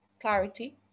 clarity